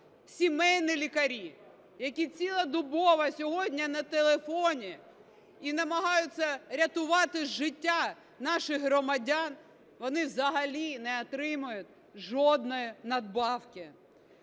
Сімейні лікарі, які цілодобово сьогодні на телефоні і намагаються рятувати життя наших громадян, вони взагалі не отримують жодної надбавки.